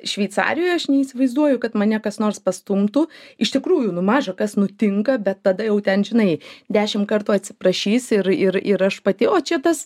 šveicarijoj aš neįsivaizduoju kad mane kas nors pastumtų iš tikrųjų nu maža kas nutinka bet tada jau ten žinai dešim kartų atsiprašys ir ir ir aš pati o čia tas